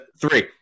Three